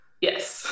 Yes